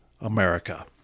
America